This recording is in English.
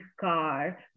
car